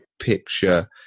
picture